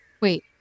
Wait